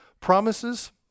Promises